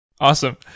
Awesome